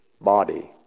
body